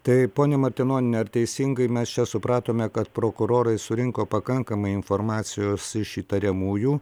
tai ponia martinoniene ar teisingai mes čia supratome kad prokurorai surinko pakankamai informacijos iš įtariamųjų